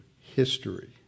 history